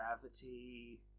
gravity